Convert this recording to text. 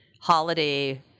holiday